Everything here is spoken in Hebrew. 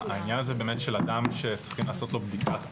העניין הזה של אדם שצריכים לעשות לו בדיקת עבר.